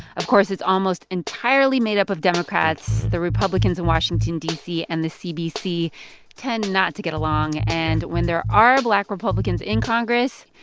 of course, it's almost entirely made up of democrats. the republicans in washington, and the cbc tend not to get along. and when there are black republicans in congress,